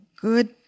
good